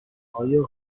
آیا